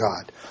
God